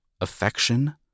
Affection